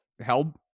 held